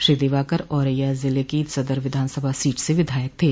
श्री दिवाकर औरैया जिले की सदर विधानसभा सीट से विधायक थे